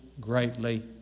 greatly